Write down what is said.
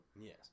Yes